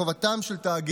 חבר הכנסת טל, בבקשה.